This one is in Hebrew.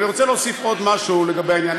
אני רוצה להוסיף עוד משהו לגבי העניין: